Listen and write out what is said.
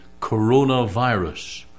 coronavirus